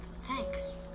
Thanks